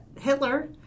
Hitler